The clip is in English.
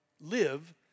live